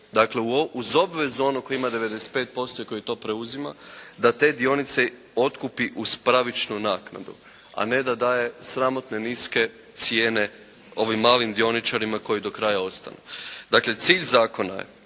uz obvezu koji ima 95% i koji to preuzima da te dionice otkupi uz pravičnu naknadu a ne da daje sramotne niske cijene ovim malim dioničarima koji do kraja ostanu. Dakle cilj zakona je